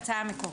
בהצעה המקורית.